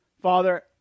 Father